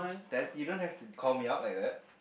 Tess you don't have to call me out like that